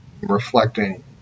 reflecting